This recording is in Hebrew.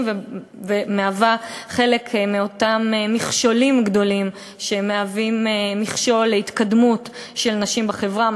וחלק מאותם מכשולים גדולים בדרך להתקדמות הנשים בחברה,